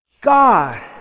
God